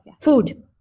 food